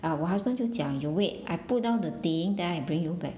ah 我 husband 就讲 you wait I put down the thing then I bring you back